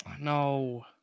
No